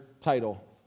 title